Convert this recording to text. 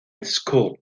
school